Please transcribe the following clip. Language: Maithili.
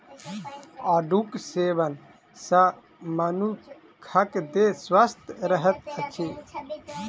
आड़ूक सेवन सॅ मनुखक देह स्वस्थ रहैत अछि